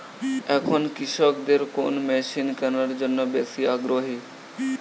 এখন কৃষকদের কোন মেশিন কেনার জন্য বেশি আগ্রহী?